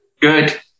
Good